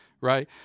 right